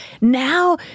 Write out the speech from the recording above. Now